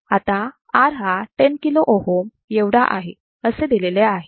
आता R हा 10 kilo ohms एवढा आहे असे दिलेले आहे